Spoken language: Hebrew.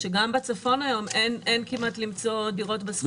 שגם בצפון היום אין כמעט למצוא דירות בסכומים האלה בגלל מחירי הקרקע.